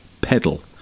pedal